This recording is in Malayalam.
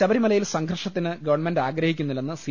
ശബരിമലയിൽ സംഘർഷത്തിന് ഗവൺമെന്റ് ആഗ്രഹിക്കുന്നില്ലെന്ന് സി